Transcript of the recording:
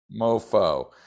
mofo